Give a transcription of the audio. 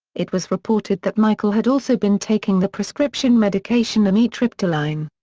it was reported that michael had also been taking the prescription medication amitriptyline.